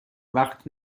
وقت